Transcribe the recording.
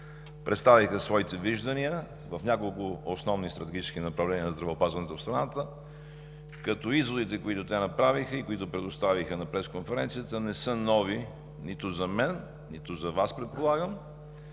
представиха своите виждания в няколко основни стратегически направления на здравеопазването в страната. Изводите, които те направиха и които предоставиха на пресконференцията, предполагам не са нови нито за мен, нито за Вас. Те